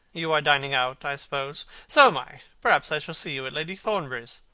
you are dining out, i suppose? so am i. perhaps i shall see you at lady thornbury's.